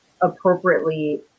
appropriately